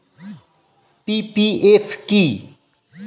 PPF কি?